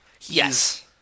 Yes